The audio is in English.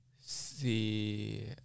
See